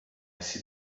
sit